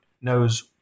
knows